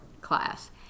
class